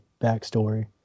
backstory